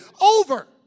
over